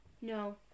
No